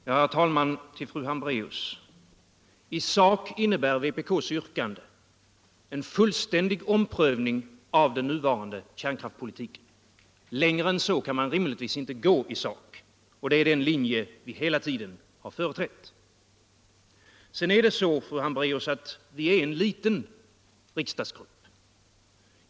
Herr talman! I sak innebär vpk:s yrkande en fullständig omprövning av den nuvarande kärnkraftspolitiken. Längre än så kan man rimligtvis inte gå i sak. Det är den linje vi hela tiden har företrätt. Vi är, fru Hambraeus, en liten riksdagsgrupp.